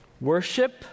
worship